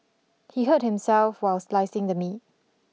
he hurt himself while slicing the meat